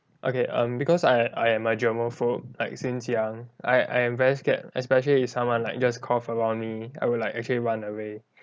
okay um because I I am a germophobe like since young I I'm very scared especially if someone like just cough around me I would like actually run away